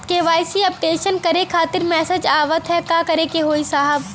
KYC updation करें खातिर message आवत ह का करे के होई साहब?